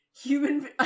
human